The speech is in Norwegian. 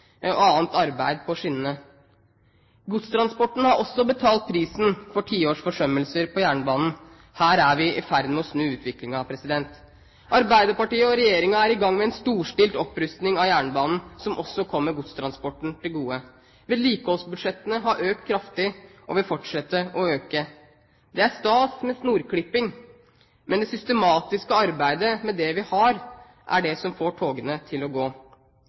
og annet arbeid på skinnene. Godstransporten har også betalt prisen for tiårs forsømmelser på jernbanen. Her er vi i ferd med å snu utviklingen. Arbeiderpartiet og regjeringen er i gang med en storstilt opprustning av jernbanen, som også kommer godstransporten til gode. Vedlikeholdsbudsjettene har økt kraftig og vil fortsette å øke. Det er stas med snorklipping, men det systematiske arbeidet med det vi har, er det som får togene til å gå.